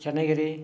Channagiri